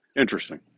interesting